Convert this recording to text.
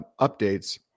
updates